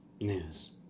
news